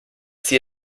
sie